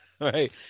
right